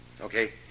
Okay